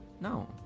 No